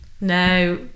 No